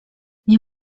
nie